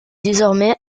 désormais